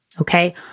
okay